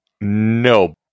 No